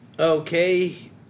Okay